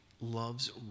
loves